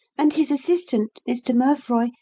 and his assistant, mr. merfroy,